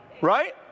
Right